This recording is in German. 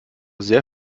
sehr